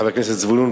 חבר הכנסת זבולון,